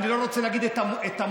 אני לא רוצה להגיד את המותג,